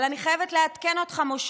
אבל אני חייבת לעדכן אותך, משה,